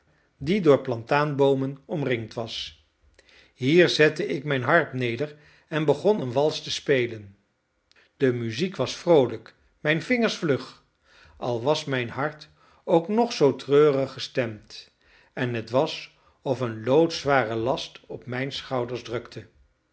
die door plataanboomen omringd was hier zette ik mijn harp neder en begon een wals te spelen de muziek was vroolijk mijn vingers vlug al was mijn hart ook nog zoo treurig gestemd en het was of een loodzware last op mijn schouders drukte